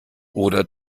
oder